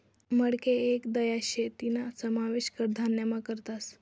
मटकी येक दाय शे तीना समावेश कडधान्यमा करतस